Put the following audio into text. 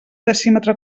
decímetre